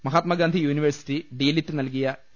Mahatma Gandhi university DLitt നൽകിയ T